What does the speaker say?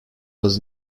was